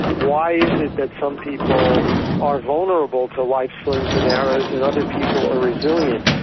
why is it that some people are vulnerable to life's slings and arrows and other people are resilient?